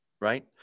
right